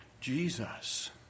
Jesus